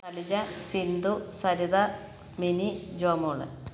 Anuja Sindhu Saritha Mini Jomol